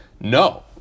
No